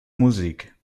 musik